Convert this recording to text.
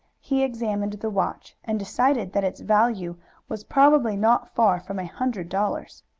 he examined the watch, and decided that its value was probably not far from a hundred dollars.